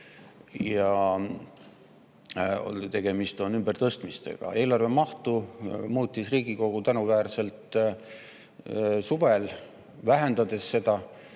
tegemist on ümbertõstmistega. Eelarve mahtu muutis Riigikogu tänuväärselt suvel, vähendades seda,